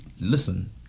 Listen